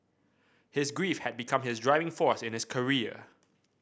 his grief had become his driving force in his career